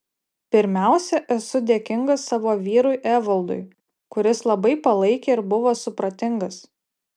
pirmiausia esu dėkinga savo vyrui evaldui kuris labai palaikė ir buvo supratingas